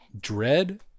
dread